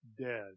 dead